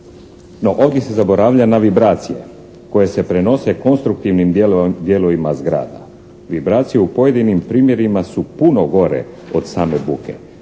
No, ovdje se zaboravlja na vibracije koje se prenose konstruktivnim dijelovima zgrada. Vibracije u pojedinim primjerima su puno gore od same buke